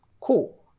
Cool